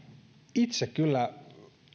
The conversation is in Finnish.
itse kyllä